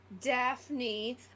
Daphne